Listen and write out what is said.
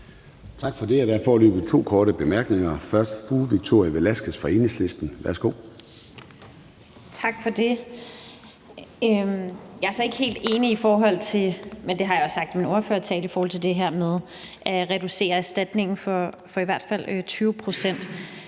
Tak for det. Jeg er så ikke helt enig – det har jeg sagt i min ordførertale – i forhold til det her med at reducere erstatningen for i hvert fald 20 pct.